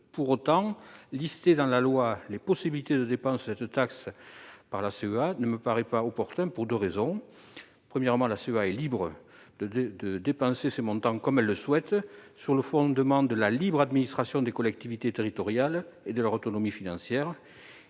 Pour autant, fixer dans la loi les possibilités de dépenses de cette taxe par la CEA ne paraît pas opportun pour deux raisons. D'une part, la CEA est libre de dépenser ces montants comme elle le souhaite, sur le fondement de la libre administration des collectivités territoriales et de leur autonomie financière.